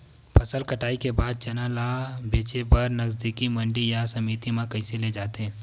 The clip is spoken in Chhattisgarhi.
फसल कटाई के बाद चना ला बेचे बर नजदीकी मंडी या समिति मा कइसे ले जाथे?